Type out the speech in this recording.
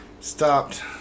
Stopped